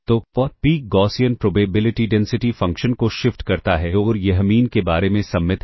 तो peak Gaussian probability density function को shift करता है और यह मीन के बारे में सममित है